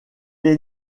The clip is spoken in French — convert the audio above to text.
est